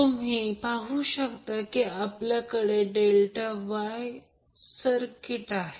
तुम्ही पाहू शकता की आपल्याकडे Y ∆ सर्किट आहे